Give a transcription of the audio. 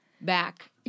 back